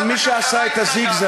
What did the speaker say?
אבל מי שעשה את הזיגזג,